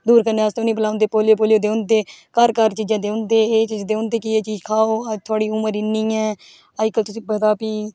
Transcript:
दूर करने आस्तै उ'नें गी बलांदे पोलियो पूलियो दोआंदे घर घर च जंदे होंदे एह् दिखदे होंदे कि एह् चीज खाओ थोआढ़ी उमर इन्नी ऐ अजकल्ल तुसें गी पता भी